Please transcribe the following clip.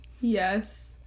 Yes